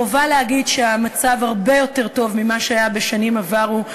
חובה להגיד שהמצב הרבה יותר טוב ממה שהיה בשנים עברו,